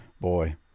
boy